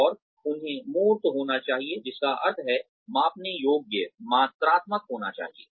और उन्हें मूर्त होना चाहिए जिसका अर्थ है मापने योग्य मात्रात्मक होना चाहिए